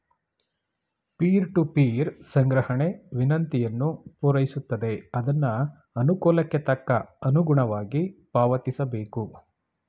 peer to peer ಸಂಗ್ರಹಣೆ ವಿನಂತಿಯನ್ನು ಪೂರೈಸುತ್ತದೆ ಅದ್ನ ಅನುಕೂಲಕ್ಕೆ ತಕ್ಕ ಅನುಗುಣವಾಗಿ ಪಾವತಿಸಬೇಕು